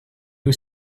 was